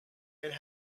and